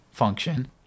function